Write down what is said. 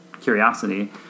curiosity